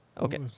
okay